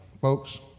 folks